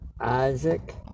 Isaac